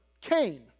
Cain